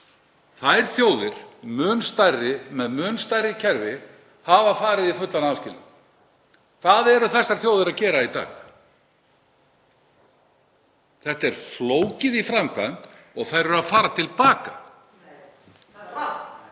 Þær þjóðir, mun stærri og með mun stærri kerfi, hafa farið í fullan aðskilnað. Hvað eru þær þjóðir að gera í dag? Þetta er flókið í framkvæmd og þær eru að fara til baka. (Gripið fram